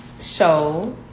show